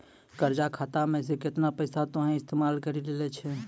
कर्जा खाता मे से केतना पैसा तोहें इस्तेमाल करि लेलें छैं